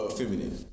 feminine